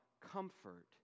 comfort